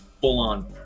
full-on